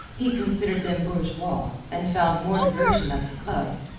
he considered them bourgeois, and found more diversion at the club.